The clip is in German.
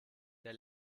der